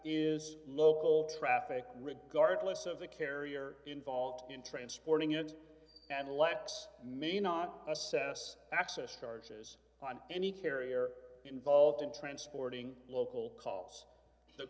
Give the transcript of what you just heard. is local traffic regardless of the carrier involved in transporting it and elects may not assess access starches on any carrier involved in transporting local calls the